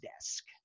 desk